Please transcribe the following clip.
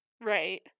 Right